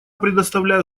предоставляю